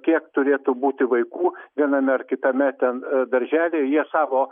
kiek turėtų būti vaikų viename ar kitame ten darželių ir jie savo